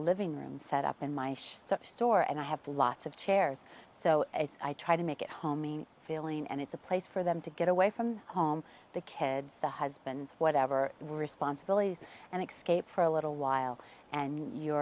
living room set up in my store and i have lots of chairs so i try to make it homey feeling and it's a place for them to get away from home the kids the husband whatever responsibilities and xscape for a little while and